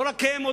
אבישי, מה